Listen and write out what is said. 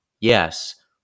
Yes